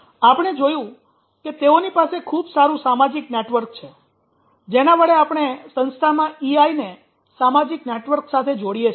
આપણે જોયું કે તેઓની પાસે ખૂબ સારું સામાજિક નેટવર્ક છે જેના વડે આપણે સંસ્થામાં ઇઆઈ ને સામાજિક નેટવર્ક સાથે જોડીએ છીએ